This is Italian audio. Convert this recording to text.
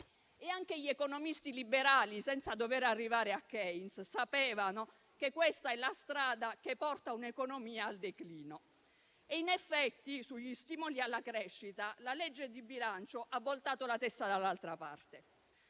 Anche gli economisti liberali, senza dover arrivare a Keynes, sapevano che questa è la strada che porta un'economia al declino. In effetti, sugli stimoli alla crescita, il disegno di legge di bilancio ha voltato la testa dall'altra parte.